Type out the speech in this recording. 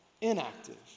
inactive